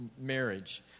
marriage